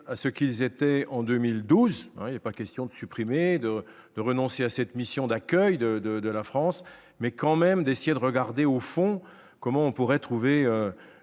à ce qu'ils étaient en 2012, pas question de supprimer de de renoncer à cette mission d'accueil de, de, de la France, mais quand même d'essayer de regarder au fond comment on pourrait trouver